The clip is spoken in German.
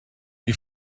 die